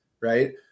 right